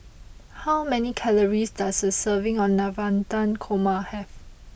how many calories does a serving of Navratan Korma have